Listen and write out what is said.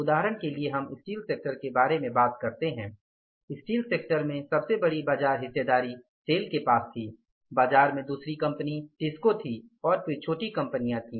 उदाहरण के लिए हम स्टील सेक्टर के बारे में बात करते हैं स्टील सेक्टर में सबसे बड़ी बाज़ार हिस्सेदारी सेल के पास थी बाजार में दूसरी कंपनी टिस्को थी और फिर छोटी कंपनियों थी